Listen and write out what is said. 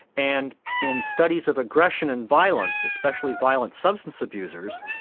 and in studies of aggression and violence, especially violent substance abusers,